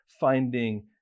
finding